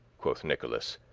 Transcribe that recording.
quoth nicholas,